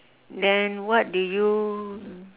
then what do you